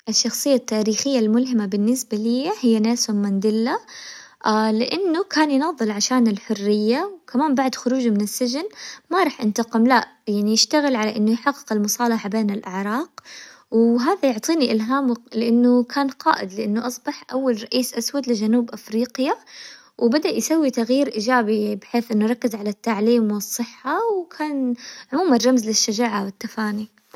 أول وظيفة اشتغلتها كانت مساعدة طبيب أسنان، صراحةً ما كانت تجربة مرة كويسة يعني، صحيح إني استفدت من الدكتور أعطاني معلومات شوية، ولكن كانت متعبة جسدياً لأنه الدوام كان يعني ساعات مرة طويلة، وكنت بس واقفة على رجلي طول اليوم وما كان في راحة مرة، وال- والمرضى كانوا يعني كثيرين، فهي كانت تجربة يعني مفيدة ولكن متعبة.